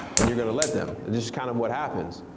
and you're gonna let them. it's just kind of what happens.